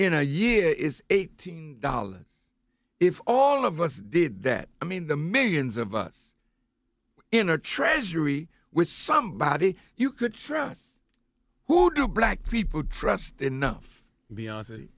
a year is eighteen dollars if all of us did that i mean the millions of us in our treasury with somebody you could trust who do black people trust enough beyond